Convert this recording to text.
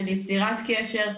של יצירת קשר,